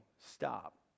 stop